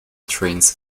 trains